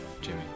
Jimmy